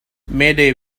mayday